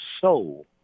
soul